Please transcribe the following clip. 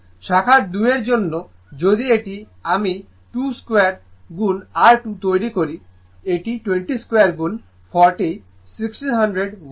শাখা 2 এর জন্য যদি আমি 2 স্কোয়ার গুণ R 2 তৈরি করি এটি 20 স্কোয়ার গুণ 4 1600 ওয়াট